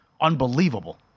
Unbelievable